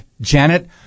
Janet